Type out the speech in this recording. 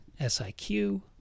SIQ